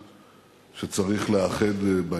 אני חושב שהיא דורשת טיפול.